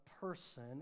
person